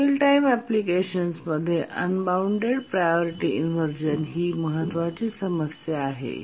real time अँप्लिकेशन्समध्ये unbound priority inversion ही महत्त्वाची समस्या आहे